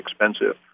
expensive